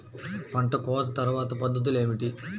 పంట కోత తర్వాత పద్ధతులు ఏమిటి?